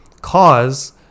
Cause